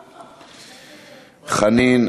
חנין,